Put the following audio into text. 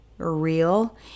Real